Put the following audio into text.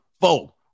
four